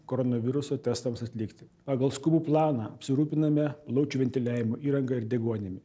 koronaviruso testams atlikti pagal skubų planą apsirūpiname plaučių ventiliavimo įranga ir deguonimi